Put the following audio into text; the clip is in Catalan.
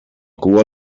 cua